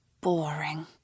boring